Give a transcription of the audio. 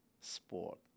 sport